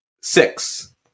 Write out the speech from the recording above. Six